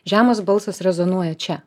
žemas balsas rezonuoja čia